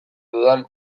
dudan